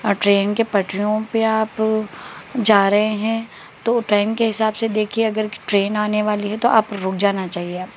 train کے پٹریوں پہ آپ جا رہے ہیں تو ٹرین کے حساب سے دیکھیے اگر کہ ٹرین آنے والی ہے تو آپ رک جانا چاہیے آپ